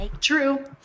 True